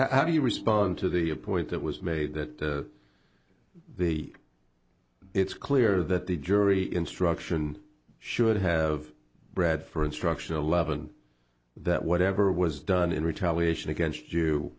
how do you respond to the point that was made that the it's clear that the jury instruction should have bred for instructional eleven that whatever was done in retaliation against you